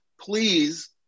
please